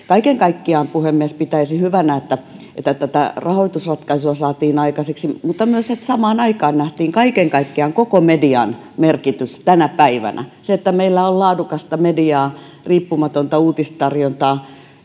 kaiken kaikkiaan puhemies pitäisin hyvänä että että tämä rahoitusratkaisu saatiin aikaiseksi mutta myös että samaan aikaan nähtiin kaiken kaikkiaan koko median merkitys tänä päivänä se että meillä on laadukasta mediaa riippumatonta uutistarjontaa